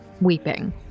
weeping